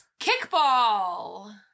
Kickball